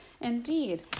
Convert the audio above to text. Indeed